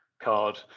card